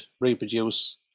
reproduce